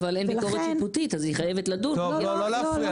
אבל אין ביקורת שיפוטית אז היא חייבת לדון -- לא להפריע.